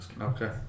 Okay